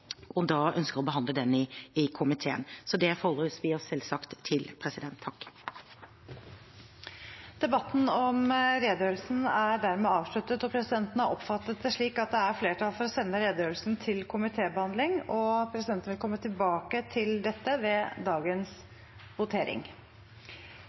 da ønsker å behandle den i komiteen. Det forholder vi oss selvsagt til. Debatten i sak nr. 6 er dermed avsluttet. Presidenten har oppfattet det slik at det er flertall for å sende redegjørelsen til komitébehandling, og presidenten vil komme tilbake til dette ved dagens